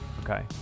Okay